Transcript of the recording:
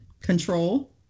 Control